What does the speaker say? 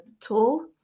tool